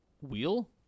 wheel